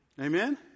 Amen